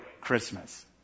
Christmas